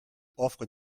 offrent